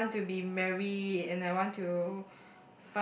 want to be married and I want to